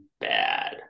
bad